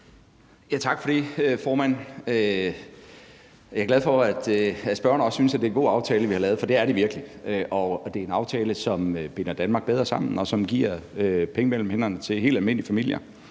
Tak for det, formand. Jeg er glad for, at spørgeren også synes, at det er en god aftale, vi har lavet, for det er det virkelig, og det er en aftale, som binder Danmark bedre sammen, og som giver penge mellem hænderne til helt almindelige familier.